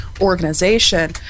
organization